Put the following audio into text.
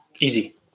Easy